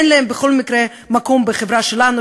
אין להן מקום בכל מקרה בחברה שלנו,